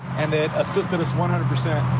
and then assisted us one hundred.